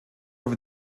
over